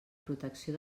protecció